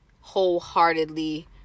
wholeheartedly